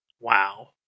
Wow